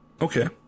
okay